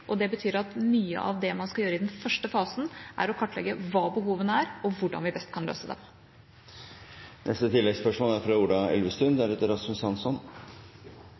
Det betyr at mye av det man skal gjøre i den første fasen, er å kartlegge hva behovene er, og hvordan vi best kan løse dem. Ola Elvestuen – til oppfølgingsspørsmål. Også fra